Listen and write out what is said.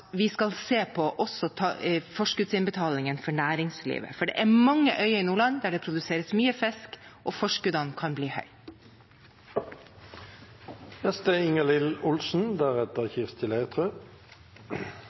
vi også skal se på forskuddsinnbetalingene for næringslivet, for det er mange øyer i Nordland der det produseres mye fisk og forskuddene kan bli høye. Vi som bor langs kysten, er